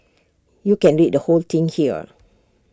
you can read the whole thing here